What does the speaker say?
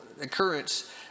occurrence